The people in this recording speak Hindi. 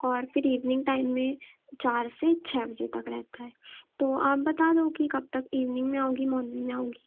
और फिर इवनिंग टाइम में चार से छ बजे तक रहता है तो आप बता दो कि कब तक इवनिंग में आओगी मॉर्निंग में आओगी